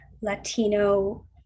Latino